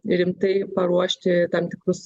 rimtai paruošti tam tikrus